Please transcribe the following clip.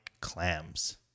clams